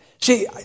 See